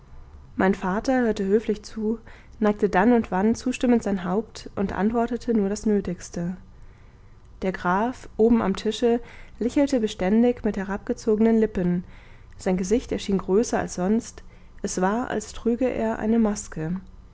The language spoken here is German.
mein vater hörte höflich zu neigte dann und wann zustimmend sein haupt und antwortete nur das nötigste der graf oben am tisch lächelte beständig mit herabgezogenen lippen sein gesicht erschien größer als sonst es war als trüge er eine maske